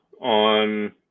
on